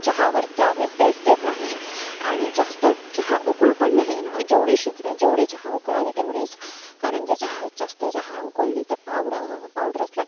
चहावर त्यावेळी टेस्ट येत नाही आणि जास्त चहा उकळू पण नाही मग जेवढी शिज जेवढी चहा उकळावी तेवढीच कारण जर चहा जास्त चहा उकळली तर पावडं पावडर असल्या